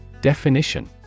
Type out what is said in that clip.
Definition